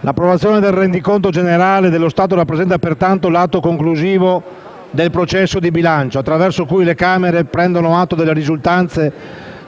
L'approvazione del Rendiconto generale dello Stato rappresenta, pertanto, l'atto conclusivo del processo di bilancio, attraverso cui le Camere prendono atto delle risultanze